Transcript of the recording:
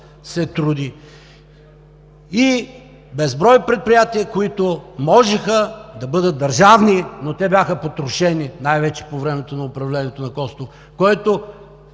се труди. Безброй предприятия можеха да бъдат държавни, но те бяха потрошени, най-вече по времето на управлението на Костов, който